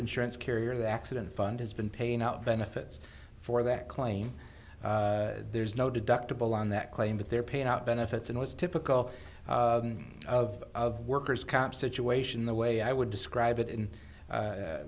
insurance carrier the accident fund has been paying out benefits for that claim there's no deductible on that claim but they're paying out benefits and was typical of of worker's comp situation the way i would describe it in a